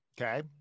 Okay